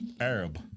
Arab